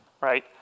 right